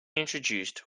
introduced